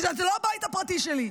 כי זה לא הבית הפרטי שלי.